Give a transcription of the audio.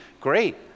Great